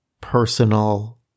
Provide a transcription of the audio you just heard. personal